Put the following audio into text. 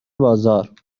بازار